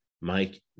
Mike